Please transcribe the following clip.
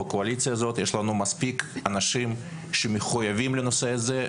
בקואליציה הזאת יש לנו מספיק אנשים שמחויבים לנושא הזה,